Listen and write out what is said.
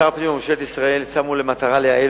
שר הפנים וממשלת ישראל שמו להם למטרה לייעל